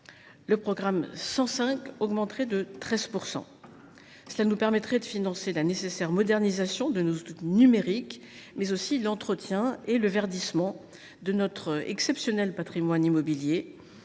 ses crédits augmenter de 13 %, ce qui nous permettra de financer la nécessaire modernisation de nos outils numériques, mais aussi l’entretien et le verdissement de notre exceptionnel patrimoine immobilier.